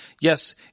yes